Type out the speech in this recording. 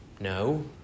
No